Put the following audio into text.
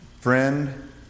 friend